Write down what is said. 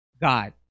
God